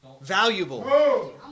valuable